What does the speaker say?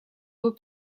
beau